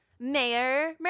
Mayor